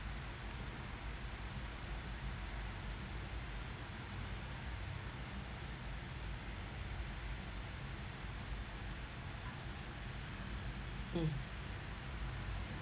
mm